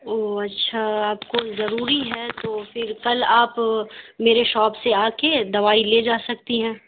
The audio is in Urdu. او اچھا آپ کو ضروری ہے تو پھر کل آپ میرے شاپ سے آکے دوائی لے جا سکتی ہیں